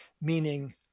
meaning